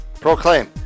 Proclaim